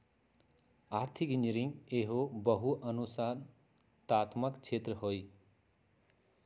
आर्थिक इंजीनियरिंग एहो बहु अनुशासनात्मक क्षेत्र हइ